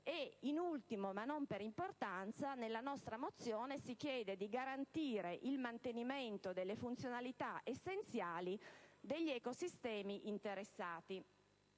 In ultimo, ma non per importanza, nella nostra mozione si chiede di garantire il mantenimento delle funzionalità essenziali degli ecosistemi interessati.